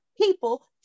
people